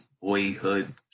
boyhood